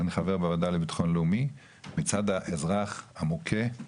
אני חבר בוועדה לביטחון לאומי מצד האזרח המוכה,